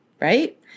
Right